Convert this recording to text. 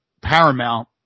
paramount